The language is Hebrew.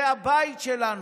זה הבית שלנו.